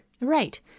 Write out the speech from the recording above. Right